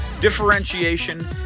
differentiation